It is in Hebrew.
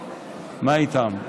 מה איתם?